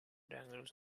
dangles